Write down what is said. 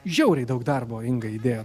žiauriai daug darbo inga įdėjot